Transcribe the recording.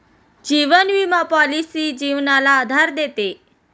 जीवन विमा पॉलिसी जीवनाला आधार देते